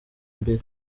imbere